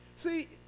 See